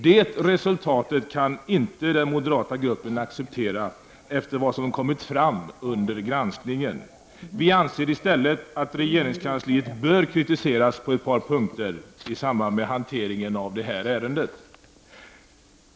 Det resultatet kan den moderata gruppen inte acceptera efter vad som kommit fram under granskningen. Vi anser i stället att regeringskansliet bör kritiseras på ett par punkter i samband med hanteringen av ärendet.